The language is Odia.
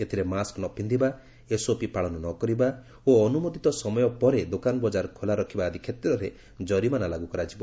ଏଥିରେ ମାସ୍କ ନ ପିନ୍ଧିବା ଏସ୍ଓପି ପାଳନ ନ କରିବା ଓ ଅନ୍ଦ୍ରମୋଦିତ ସମୟ ପରେ ଦୋକାନ ବକ୍କାର ଖୋଲା ରଖିବା ଆଦି ଷେତ୍ରରେ କରିମାନା ଲାଗୁ କରାଯିବ